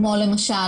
כמו למשל,